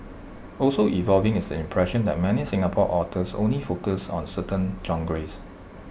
also evolving is the impression that many Singapore authors only focus on certain